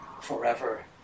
forever